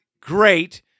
great